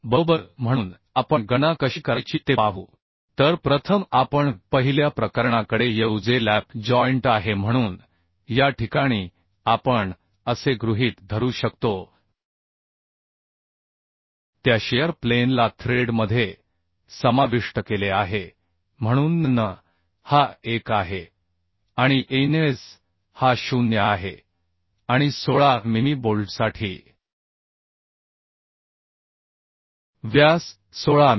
बरोबर म्हणून आपण गणना कशी करायची ते पाहू तर प्रथम आपण पहिल्या प्रकरणाकडे येऊ जे लॅप जॉइंट आहे म्हणून या ठिकाणी आपण असे गृहीत धरू शकतो त्या शिअर प्लेन ला थ्रेड मध्ये समाविष्ट केले आहे म्हणून nn हा 1 आहे आणि ns हा 0 आहे आणि 16 मिमी बोल्टसाठी व्यास 16 मि